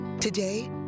Today